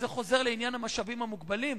זה חוזר לעניין המשאבים המוגבלים.